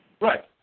Right